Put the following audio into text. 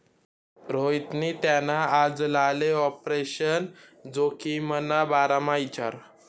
रोहितनी त्याना आजलाले आपरेशन जोखिमना बारामा इचारं